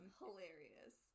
hilarious